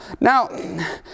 Now